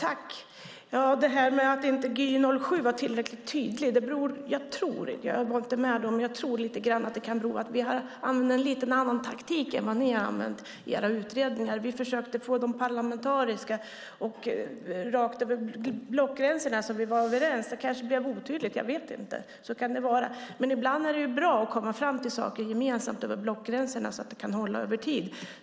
Fru talman! Ja, det här med att Gy 07 inte var tillräckligt tydlig tror jag - jag var inte med då - lite grann kan bero på att vi använde en lite annan taktik än vad ni har använt i era utredningar. Vi försökte få dem parlamentariska och rakt över blockgränserna, så vi var överens. Det kanske blev otydligt - jag vet inte. Så kan det vara. Men ibland är det bra att komma fram till saker gemensamt över blockgränserna, så att det kan hålla över tid.